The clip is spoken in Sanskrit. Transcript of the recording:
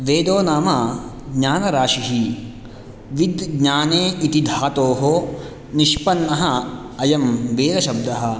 वेदो नाम ज्ञानराशिः विद् ज्ञाने इति धातोः निष्पन्नः अयं वेदशब्दः